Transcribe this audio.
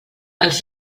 els